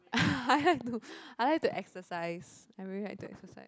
I like to I like to exercise I really like to exercise